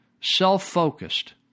self-focused